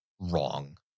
wrong